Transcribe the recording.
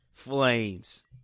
flames